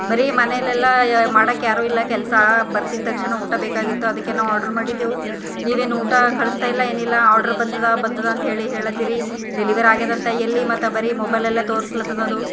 ಬರಿ ಮನೆಲೆಲ್ಲ ಯ ಮಾಡಕ್ಕೆ ಯಾರು ಇಲ್ಲ ಕೆಲಸ ಬರ್ತಿದ್ದ ತಕ್ಷಣ ಊಟ ಬೇಕಾಗಿತ್ತು ಅದಕ್ಕೆ ನಾವು ಆರ್ಡರ್ ಮಾಡಿದ್ದೆವು ನೀವೇನು ಊಟ ಕಳ್ಸ್ತಾಯಿಲ್ಲ ಏನಿಲ್ಲ ಆರ್ಡರ್ ಬಂದದ ಬಂದದ ಅಂತ ಹೇಳಿ ಹೇಳತ್ತೀರಿ ಡೆಲಿವರ್ ಆಗ್ಯಾದಂತ ಎಲ್ಲಿ ಮತ್ತೆ ಬರಿ ಮೊಬೈಲಲ್ಲೇ ತೋರಸ್ಲತ್ತದದು